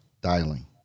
dialing